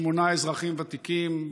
שמונה אזרחים ותיקים,